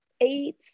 eight